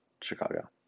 Chicago